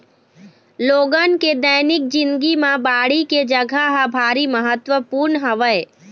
लोगन के दैनिक जिनगी म बाड़ी के जघा ह भारी महत्वपूर्न हवय